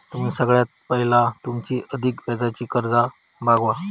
तुम्ही सगळ्यात पयला तुमची अधिक व्याजाची कर्जा भागवा